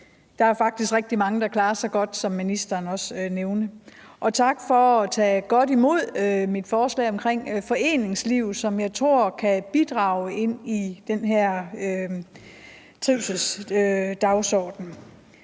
Der er faktisk rigtig mange, der klarer sig godt, som ministeren også nævnte. Og tak for at tage godt imod mit forslag omkring foreningslivet, som jeg tror kan bidrage til den her trivselsdagsorden.